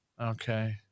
Okay